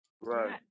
Right